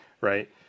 Right